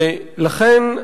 ולכן,